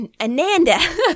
Ananda